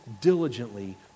diligently